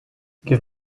give